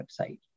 website